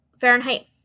Fahrenheit